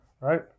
right